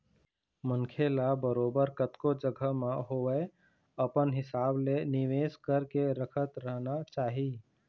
मनखे ल बरोबर कतको जघा म होवय अपन हिसाब ले निवेश करके रखत रहना चाही